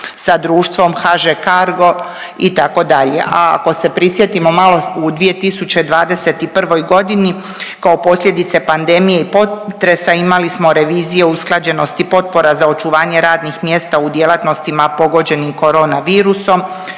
sa Društvom HŽ Cargo itd., a ako se prisjetimo malo u 2021.g. kao posljedice pandemije i potresa imali smo revizije usklađenosti potpora za očuvanje radnih mjesta u djelatnostima pogođenim korona virusom,